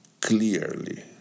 clearly